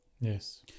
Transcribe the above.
Yes